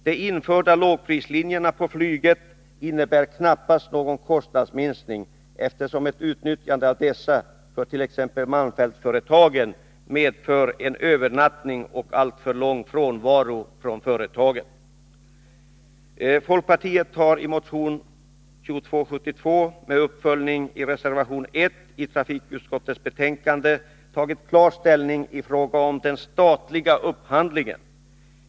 De införda lågprislinjerna på flyget innebär knappast någon kostnadsminskning, eftersom ett utnyttjande av dessa för t.ex. malmfältsföretagen medför en övernattning och alltför lång frånvaro från företaget. Folkpartiet har i motion 2272 med uppföljning i reservation 1 till trafikutskottets betänkande tagit klar ställning i fråga om den statliga upphandlingen.